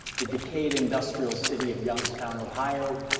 the decayed industrial city of youngstown, ohio,